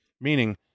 Meaning